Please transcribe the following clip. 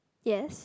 yes